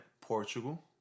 Portugal